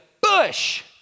bush